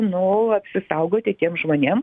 nu apsisaugoti tiem žmonėm